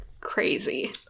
crazy